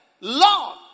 Lord